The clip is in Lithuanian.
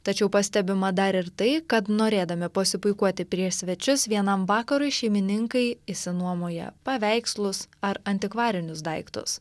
tačiau pastebima dar ir tai kad norėdami pasipuikuoti prieš svečius vienam vakarui šeimininkai išsinuomoja paveikslus ar antikvarinius daiktus